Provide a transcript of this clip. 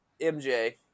MJ